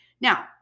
Now